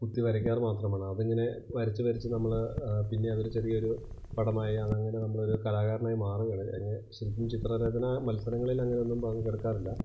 കുത്തി വരയ്ക്കാറ് മാത്രമാണ് അതിങ്ങനെ വരച്ച് വരച്ച് നമ്മൾ പിന്നെ അതൊരു ചെറിയൊരു പടമായി അതങ്ങനെ നമ്മളൊരു കലാകാരനായി മാറുകയാണ് അതിനെ ശരിക്കും ചിത്ര രചനാ മത്സരങ്ങളിലങ്ങനെയൊന്നും പങ്കെടുക്കാറില്ല